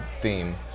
theme